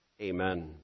Amen